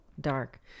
dark